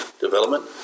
development